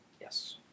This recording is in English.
Yes